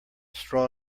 straw